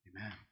Amen